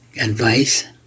advice